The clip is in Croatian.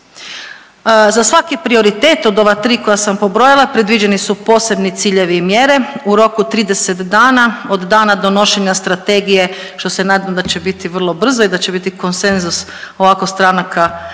Za svaki prioritet od ova tri koja sam pobrojala predviđeni su posebni ciljevi i mjere u roku 30 dana od dana donošenja Strategije što se nadam da će biti vrlo brzo i da će biti konsenzus ovako stranaka